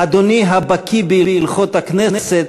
אדוני הבקי בהלכות הכנסת,